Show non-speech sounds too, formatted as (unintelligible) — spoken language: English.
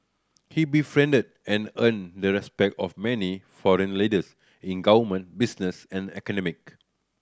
he befriended and earned the respect of many foreign leaders in government business and (unintelligible)